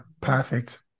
perfect